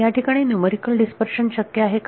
त्या ठिकाणी numerical dispersion शक्य आहे का